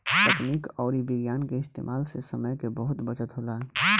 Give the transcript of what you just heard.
तकनीक अउरी विज्ञान के इस्तेमाल से समय के बहुत बचत होला